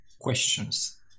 questions